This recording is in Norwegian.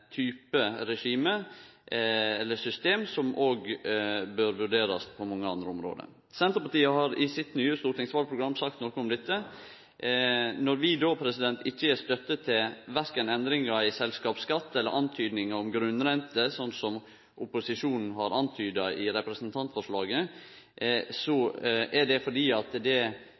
type regime eller system som ein òg bør vurdere på mange andre område. Senterpartiet har i sitt nye stortingsvalprogram sagt noko om dette. Når vi ikkje gjev støtte verken til endringar i selskapsskatt eller framlegg om grunnrente, slik som opposisjonen har vore inne på i representantforslaget, er det fordi det